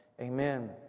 Amen